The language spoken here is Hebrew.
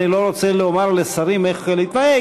אני לא רוצה לומר לשרים איך להתנהג,